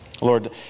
Lord